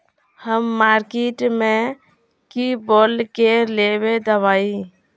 हम मार्किट में की बोल के लेबे दवाई?